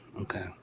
okay